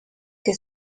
que